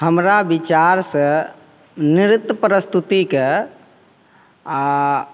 हमरा विचारसे नृत्य प्रस्तुतिके आओर